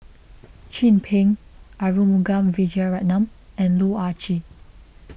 Chin Peng Arumugam Vijiaratnam and Loh Ah Chee